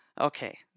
okay